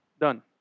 done